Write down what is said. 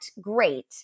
great